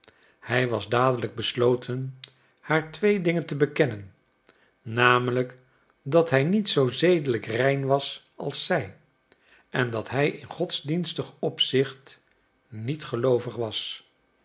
hij was dadelijk besloten haar twee dingen te bekennen namelijk dat hij niet zoo zedelijk rein was als zij en dat hij in godsdienstig opzicht niet geloovig was